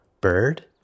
bird